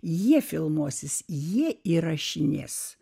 jie filmuosis jie įrašinės